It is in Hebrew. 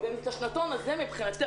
ואת השנתון הזה מבחינתנו,